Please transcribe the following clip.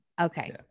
Okay